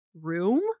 room